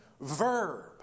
Verb